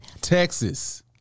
Texas